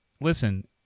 listen